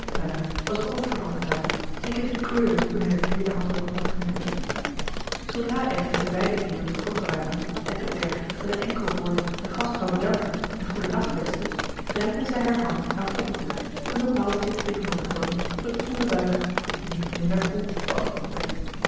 was er ook van overtuigd en kreeg een kleur toen hij den tweeden handdruk mocht genieten zoodra echter de beide heeren vertrokken waren en upbergen met een enkel woord de gastvrouw bedankte en goeden nacht wenschte rijkte zij haar hand aan fokke toe en bepaalde zich tegenover tonie tot een koele buiging die niet minder koel beantwoord werd